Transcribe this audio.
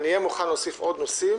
אהיה מוכן להוסיף עוד נושאים